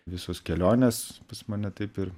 visos kelionės pas mane taip ir